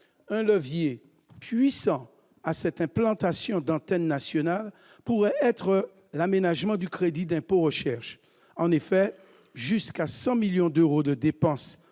Un levier puissant de cette implantation d'antennes nationales pourrait être l'aménagement du CIR. Pour l'heure, jusqu'à 100 millions d'euros de dépenses